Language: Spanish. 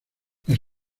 las